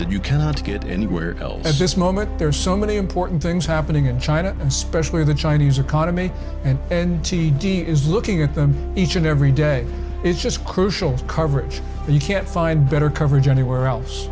that you cannot get anywhere else at this moment there are so many important things happening in china especially the chinese economy and and t d is looking at them each and every day is just crucial coverage and you can't find better coverage anywhere else